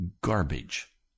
garbage